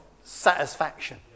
satisfaction